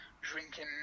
drinking